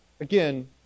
Again